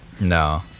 no